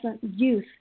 youth